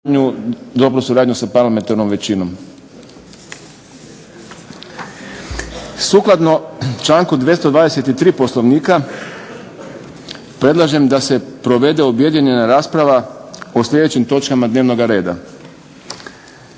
**Šprem, Boris (SDP)** Sukladno članku 223. Poslovnika predlažem da se provede objedinjena rasprava o sljedećim točkama dnevnog reda